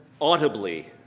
audibly